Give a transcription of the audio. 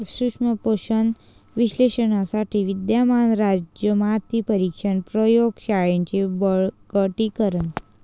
सूक्ष्म पोषक विश्लेषणासाठी विद्यमान राज्य माती परीक्षण प्रयोग शाळांचे बळकटीकरण